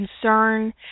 concern